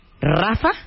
Rafa